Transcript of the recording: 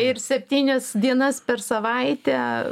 ir septynias dienas per savaitę